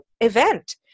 event